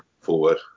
forward